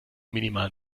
minimalen